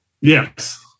Yes